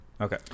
okay